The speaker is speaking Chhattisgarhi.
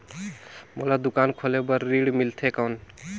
मोला दुकान खोले बार ऋण मिलथे कौन?